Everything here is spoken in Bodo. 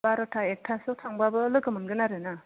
बार'था एकथासोआव थांबाबो लोगो मोनगोन आरोना